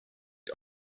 die